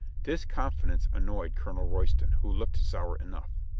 this confidence annoyed colonel royston, who looked sour enough.